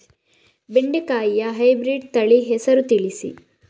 ಬೆಂಡೆಕಾಯಿಯ ಹೈಬ್ರಿಡ್ ತಳಿ ಹೆಸರು ತಿಳಿಸಿ?